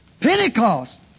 Pentecost